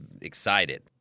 excited